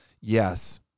yes